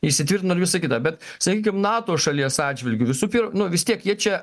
įsitvirtino ir visa kita bet sakykim nato šalies atžvilgiu visų pir nu vis tiek jie čia